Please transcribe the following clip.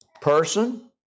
person